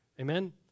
Amen